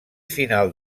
final